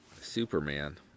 Superman